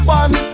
one